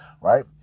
Right